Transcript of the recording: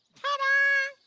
ta da!